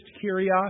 curiosity